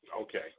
Okay